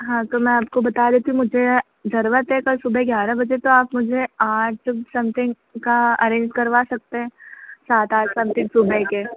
हाँ तो मैं आपको बता देती हूँ मुझे ज़रूरत है कल सुबह ग्यारह बजे तो आप मुझे आठ समथिंग का अरेंज करवा सकते हैं सात आठ समथींग सुबह के